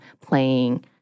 playing